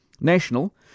National